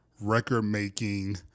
record-making